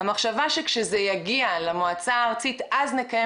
המחשבה שכשזה יגיע למועצה הארצית אז נקיים